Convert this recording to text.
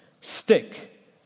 Stick